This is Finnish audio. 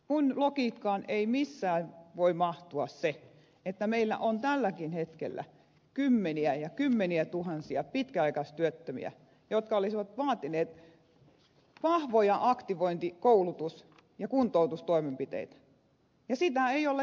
minun logiikkaani ei missään voi mahtua se että meillä on tälläkin hetkellä kymmeniä ja kymmeniätuhansia pitkäaikaistyöttömiä jotka olisivat vaatineet vahvoja aktivointi koulutus ja kuntoutustoimenpiteitä ja niitä ei ole tehty